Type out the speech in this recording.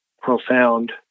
profound